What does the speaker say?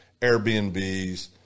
Airbnbs